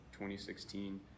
2016